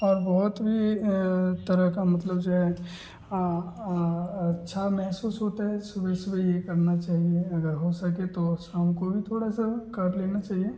और बहुत भी तरह का मतलब जो है अच्छा महसूस होता है सुबह सुबह यह करना चाहिए अगर हो सके तो शाम को भी थोड़ा सा कर लेना चाहिए